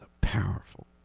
powerful